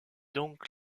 donc